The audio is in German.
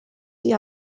ihr